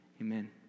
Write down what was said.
Amen